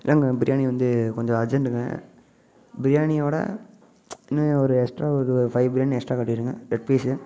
இல்லைங்க பிரியாணி வந்து கொஞ்சம் அர்ஜெண்ட்டுங்க பிரியாணியோட இன்னும் ஒரு எஸ்ட்ரா ஒரு ஃபைவ் பிரியாணி எஸ்ட்ரா கட்டிருங்க லெக் பீஸ்ஸு